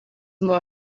more